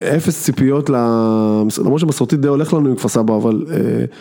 אפס ציפיות למרות שמסורתית, די הולך לנו עם כפר סבא, אבל...